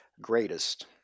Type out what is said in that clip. greatest